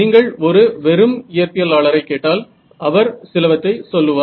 நீங்கள் ஒரு வெறும் இயற்பியலாளரை கேட்டால் அவர் சிலவற்றை சொல்லுவார்